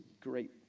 great